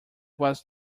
was